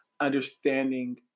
understanding